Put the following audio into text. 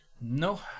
No